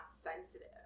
sensitive